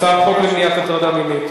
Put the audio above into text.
הצעת חוק למניעת הטרדה מינית